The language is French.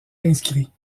inscrits